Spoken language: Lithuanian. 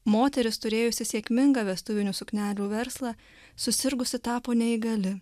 moteris turėjusi sėkmingą vestuvinių suknelių verslą susirgusi tapo neįgali